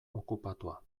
okupatua